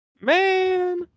Man